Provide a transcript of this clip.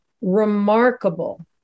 remarkable